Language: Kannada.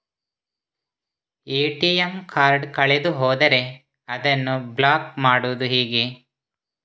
ಎ.ಟಿ.ಎಂ ಕಾರ್ಡ್ ಕಳೆದು ಹೋದರೆ ಅದನ್ನು ಬ್ಲಾಕ್ ಮಾಡುವುದು ಹೇಗೆ?